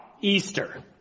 Easter